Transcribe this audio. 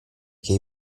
che